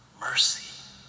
mercy